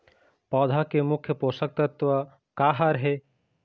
पौधा के मुख्य पोषकतत्व का हर हे?